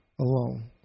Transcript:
alone